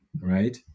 right